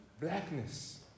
blackness